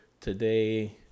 today